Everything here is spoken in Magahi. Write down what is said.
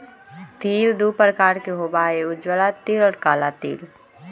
तिल दु प्रकार के होबा हई उजला तिल और काला तिल